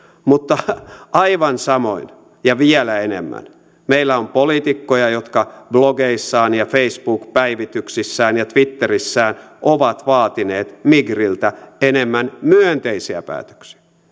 mutta aivan samoin ja vielä enemmän meillä on poliitikkoja jotka blogeissaan ja facebook päivityksissään ja twitterissään ovat vaatineet migriltä enemmän myönteisiä päätöksiä